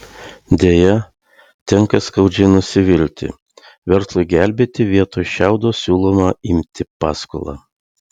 deja tenka skaudžiai nusivilti verslui gelbėti vietoj šiaudo siūloma imti paskolą